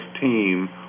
team